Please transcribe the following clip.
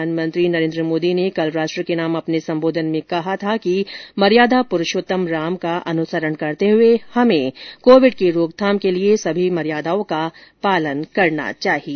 प्रधानमंत्री नरेन्द्र मोदी ने कल राष्ट्र के नाम अपने संबोधन में कहा था कि मर्यादा पुरूषोत्तम श्रीराम का अनुसरण करते हुए हमें कोविड की रोकथाम के लिए सभी मर्यादाओं का पालन करना चाहिए